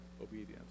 obedience